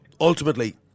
ultimately